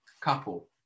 couple